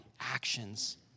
actions